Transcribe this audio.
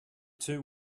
two